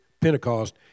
Pentecost